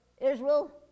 Israel